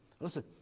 Listen